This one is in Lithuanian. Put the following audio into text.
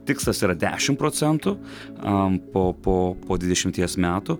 tikslas yra dešimt procentų am po po po dvidešimties metų